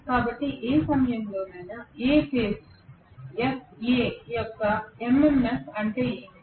కాబట్టి ఏ సమయంలోనైనా A ఫేజ్ యొక్క ఎంఎంఎఫ్ అంటే ఏమిటి